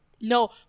No